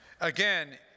Again